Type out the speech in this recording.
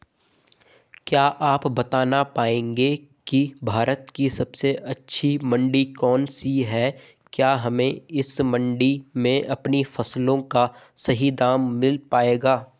क्या आप बताना पाएंगे कि भारत की सबसे अच्छी मंडी कौन सी है क्या हमें इस मंडी में अपनी फसलों का सही दाम मिल पायेगा?